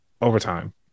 overtime